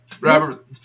Robert